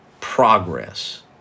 progress